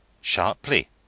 sharply